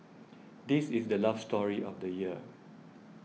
this is the love story of the year